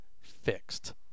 fixed